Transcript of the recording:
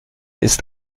ist